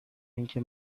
اینکه